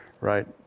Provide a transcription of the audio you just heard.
right